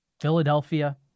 Philadelphia